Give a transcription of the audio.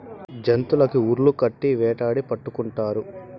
జంతులకి ఉర్లు కట్టి వేటాడి పట్టుకుంటారు